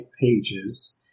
pages